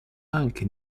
anche